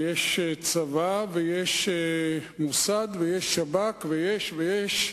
ויש צבא, ויש מוסד, ויש שב"כ, ויש ויש.